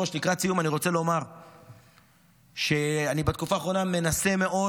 לקראת סיום אני רוצה לומר שבתקופה האחרונה אני מנסה מאוד,